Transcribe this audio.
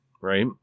Right